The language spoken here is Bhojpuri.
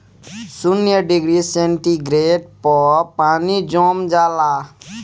शून्य डिग्री सेंटीग्रेड पर पानी जम जाला